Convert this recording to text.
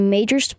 Major